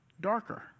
darker